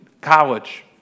college